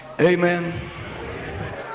Amen